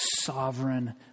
sovereign